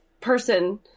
person